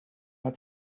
hat